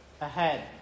ahead